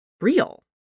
real